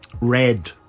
Red